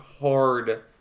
hard